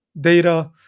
data